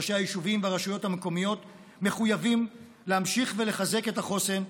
ראשי היישובים והרשויות המקומיות מחויבים להמשיך ולחזק את החוסן,